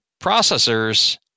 processors